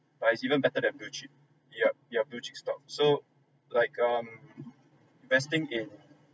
but it's even better than blue chip yup yup blue chip stock so like um investing in